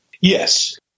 Yes